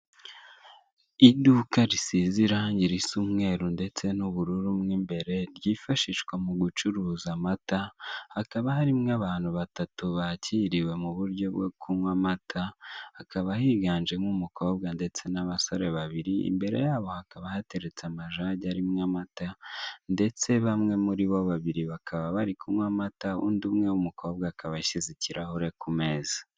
Iduka risizira irangisemweru ndetse n'ubururu n'imbere ryifashishwa mu gucuruza amata hakaba harimo abantu batatu bakiriwe mu buryo bwo kunywa amata, hakaba higanjemo umukobwa ndetse n'abasore babiri imbere yabo hakaba hateretse amajage arimo amata, ndetse bamwe muri bo babiri bakaba bari kunywa amata undi umwe w'umukobwa akaba ashyize ikirahure ku meza.